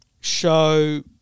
show